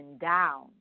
down